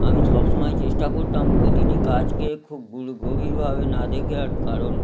আমি সব সময় চেষ্টা করতাম প্রতিটি কাজকে খুবগুলো গভীরভাবে না দেখে আর কারণ